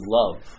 love